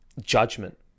judgment